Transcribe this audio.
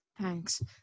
Thanks